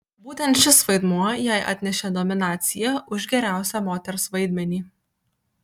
būtent šis vaidmuo jai atnešė nominaciją už geriausią moters vaidmenį